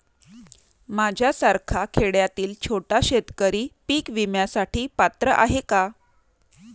माझ्यासारखा खेड्यातील छोटा शेतकरी पीक विम्यासाठी पात्र आहे का?